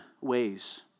ways